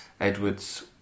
Edwards